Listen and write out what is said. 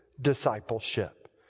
discipleship